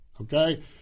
Okay